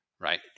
Right